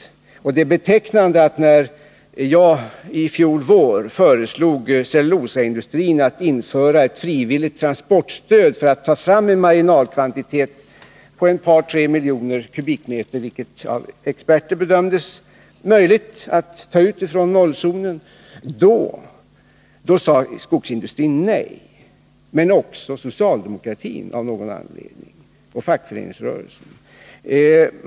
Betecknande är att skogsindustrin sade nej när jag i fjol vår föreslog cellulosaindustrin att införa ett frivilligt transportstöd för att få fram en marginalkvantitet på ett par tre miljoner kubikmeter, vilket av experter bedömdes vara möjligt att ta ut från nollzonen. Av någon anledning sade också socialdemokratin och fackföreningsrörelsen nej.